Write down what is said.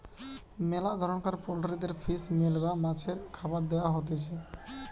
মেলা ধরণকার পোল্ট্রিদের ফিশ মিল বা মাছের খাবার দেয়া হতিছে